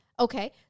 Okay